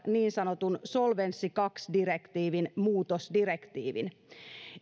niin sanotun solvenssi kaksi direktiivin muutosdirektiivin